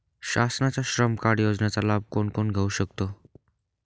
शासनाच्या श्रम कार्ड योजनेचा लाभ कोण कोण घेऊ शकतो?